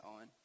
on